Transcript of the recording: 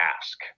ask